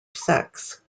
sex